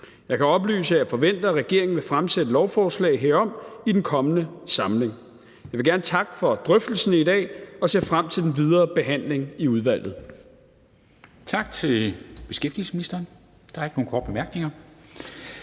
Jeg kan oplyse, at jeg forventer, at regeringen vil fremsætte lovforslag herom i den kommende samling. Jeg vil gerne takke for drøftelserne i dag og ser frem til den videre behandling i udvalget.